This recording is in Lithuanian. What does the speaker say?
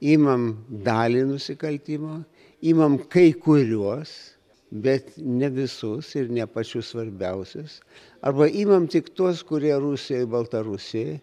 imam dalį nusikaltimo imam kai kuriuos bet ne visus ir ne pačius svarbiausius arba imam tik tuos kurie rusijoj baltarusijoj